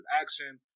action